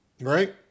Right